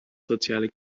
soziale